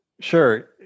Sure